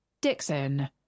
Dixon